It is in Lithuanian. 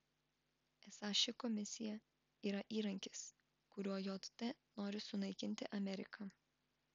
esą ši komisija yra įrankis kuriuo jt nori sunaikinti ameriką